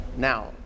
Now